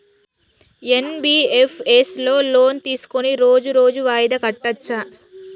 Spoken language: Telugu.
ఎన్.బి.ఎఫ్.ఎస్ లో లోన్ తీస్కొని రోజు రోజు వాయిదా కట్టచ్ఛా?